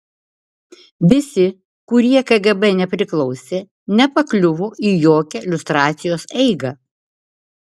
visi kurie kgb nepriklausė nepakliuvo į jokią liustracijos eigą